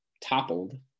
toppled